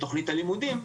לתכנית הלימודים,